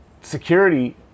security